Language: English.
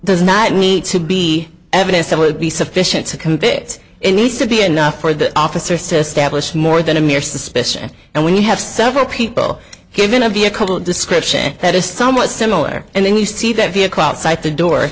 does not need to be evidence that would be sufficient to convict it needs to be enough for the officers to establish more than a mere suspicion and we have several people here in a vehicle description that is somewhat similar and then we see that vehicle outside the door